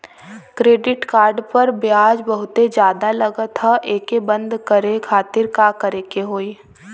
Credit card पर ब्याज बहुते ज्यादा लगत ह एके बंद करे खातिर का करे के होई?